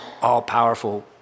all-powerful